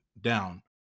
down